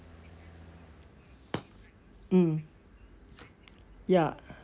mm ya